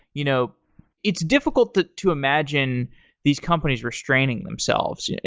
you know it's difficult to to imagine these companies restraining themselves. yeah